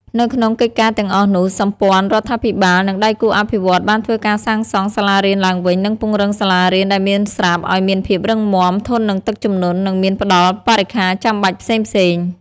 នៅក្នុងកិច្ចការទាំងអស់នោះ សម្ព័ន្ធរដ្ឋាភិបាល និងដៃគូអភិវឌ្ឍន៍បានធ្វើការសាងសង់សាលារៀនឡើងវិញ និងពង្រឹងសាលារៀនដែលមានស្រាប់ឱ្យមានភាពរឹងមាំ ធន់នឹងទឹកជំនន់ និងមានផ្តល់បរិក្ខារចាំបាច់ផ្សេងៗ។